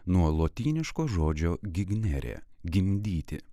nuo lotyniško žodžio gignere gimdyti